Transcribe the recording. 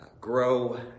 grow